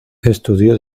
estudió